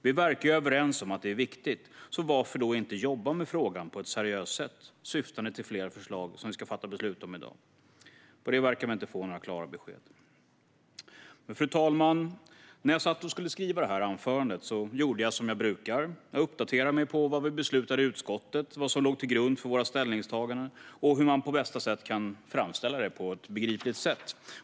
Vi verkar ju överens om att det är viktigt, så varför inte jobba med frågan på ett seriöst sätt i syfte att ta fram fler sådana förslag som vi ska fatta beslut om i dag? På det verkar vi inte få några klara besked. Fru talman! När jag skulle skriva detta anförande gjorde jag som jag brukar. Jag uppdaterade mig om vad vi hade beslutat i utskottet, vad som låg till grund för våra ställningstaganden och hur vi på bästa sätt kunde framställa det på ett begripligt sätt.